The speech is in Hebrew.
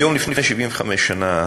היום לפני 75 שנה